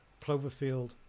Cloverfield